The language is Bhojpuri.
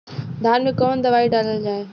धान मे कवन दवाई डालल जाए?